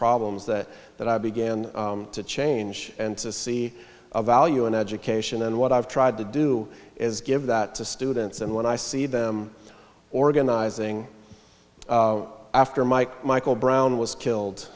problems that that i began to change and to see a value in education and what i've tried to do is give that to students and when i see them organizing after my michael brown was killed